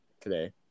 today